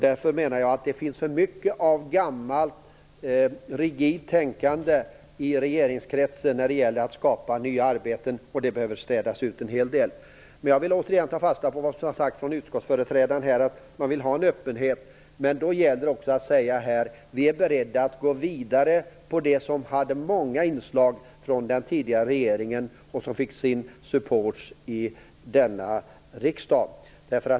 Det finns för mycket av gammalt stelbent tänkande i regeringskretsen när det gäller att skapa nya arbeten. Det behöver städas ut en hel del. Jag vill återigen ta fasta på det som utskottsföreträdaren här sade, att man vill ha en öppenhet. Men då gäller det också att vara beredd att gå vidare med många av de inslag som den tidigare regeringen hade och som fick stöd i denna riksdag.